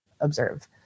observe